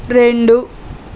రెండు